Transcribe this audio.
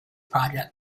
project